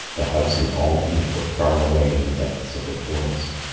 the house and all in it were far away in the depths of the forest.